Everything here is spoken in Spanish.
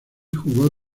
jugó